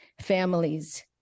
families